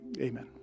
Amen